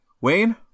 Wayne